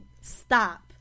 Stop